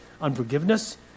unforgiveness